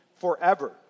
forever